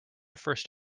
first